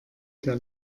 der